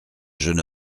jeune